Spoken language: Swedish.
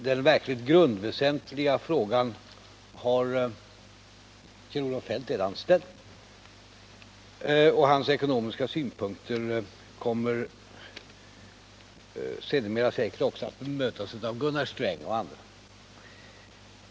Den verkligt grundväsentliga frågan har Kjell-Olof Feldt redan ställt, och Bohmans ekonomiska synpunkter kommer sedermera säkert också att bemötas av Gunnar Sträng och andra.